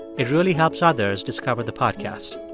it really helps others discover the podcast.